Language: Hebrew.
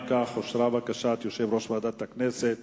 אם כך, אושרה בקשת יושב-ראש ועדת הכנסת